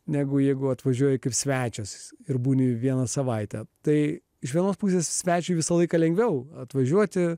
negu jeigu atvažiuoji kaip svečias ir būni vieną savaitę tai iš vienos pusės svečiui visą laiką lengviau atvažiuoti